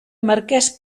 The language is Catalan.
marquès